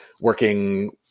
working